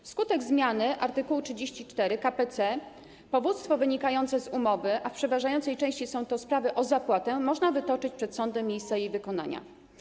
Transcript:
Wskutek zmiany art. 34 k.p.c. powództwo wynikające z umowy, a w przeważającej części są to sprawy o zapłatę, można wytoczyć przed sądem miejsca jej wykonania.